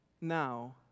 Now